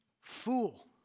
fool